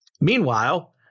Meanwhile